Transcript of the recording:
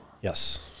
Yes